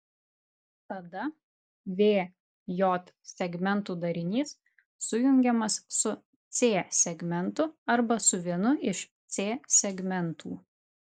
tada v j segmentų darinys sujungiamas su c segmentu arba su vienu iš c segmentų